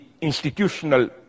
institutional